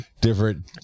different